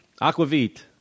Aquavit